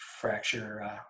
fracture